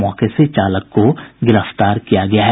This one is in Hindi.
मौके से चालक को गिरफ्तार किया गया है